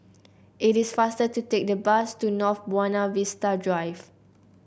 it is faster to take the bus to North Buona Vista Drive